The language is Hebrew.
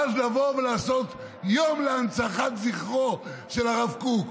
ואז לבוא ולעשות יום להנצחת זכרו של הרב קוק.